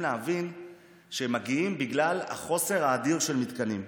להבין שהם מגיעים בגלל החוסר האדיר של מתקנים.